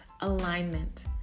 alignment